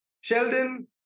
Sheldon